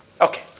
Okay